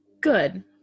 good